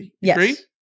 Yes